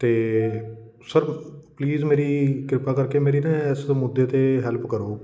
ਅਤੇ sir please ਮੇਰੀ ਕਿਰਪਾ ਕਰਕੇ ਮੇਰੀ ਨਾ ਇਸ ਮੁੱਦੇ 'ਤੇ ਹੈਲਪ ਕਰੋ